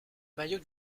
maillot